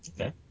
Okay